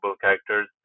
characters